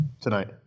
tonight